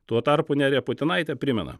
tuo tarpu nerija putinaitė primena